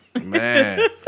man